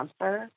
answer